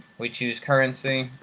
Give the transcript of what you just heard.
we choose currency,